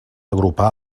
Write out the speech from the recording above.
agrupar